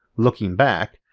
looking back,